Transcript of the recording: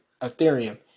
Ethereum